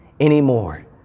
anymore